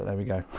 and we go,